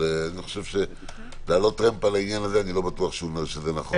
אני חושב שלעלות טרמפ על זה לא בטוח שזה נכון.